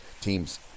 teams